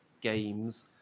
games